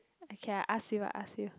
okay I ask you I ask you